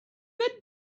good